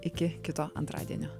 iki kito antradienio